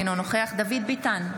אינו נוכח דוד ביטן,